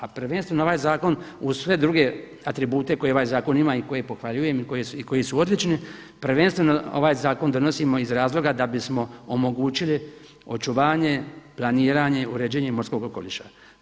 A prvenstveno ovaj zakon uz sve druge atribute koje ovaj zakon ima i koje pohvaljujem i koji su odlični prvenstveno ovaj zakon donosimo iz razloga da bismo omogućili očuvanje, planiranje i uređenje morskog okoliša.